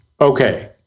Okay